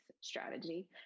strategy